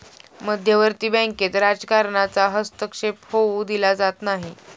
मध्यवर्ती बँकेत राजकारणाचा हस्तक्षेप होऊ दिला जात नाही